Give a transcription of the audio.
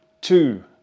two